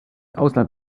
ausland